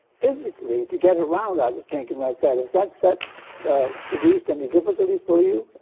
physically to get around, i would think, in that set. has that set produced any difficulty for you?